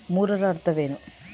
ಮೂರರ ಅರ್ಥವೇನು?